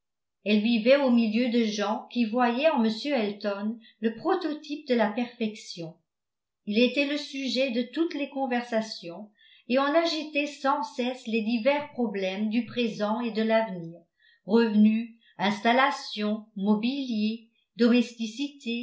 elle vivait au milieu de gens qui voyaient en m elton le prototype de la perfection il était le sujet de toutes les conversations et on agitait sans cesse les divers problèmes du présent et de l'avenir revenu installation mobilier